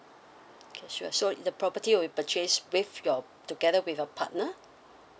okay sure so the property will purchased with your together with your partner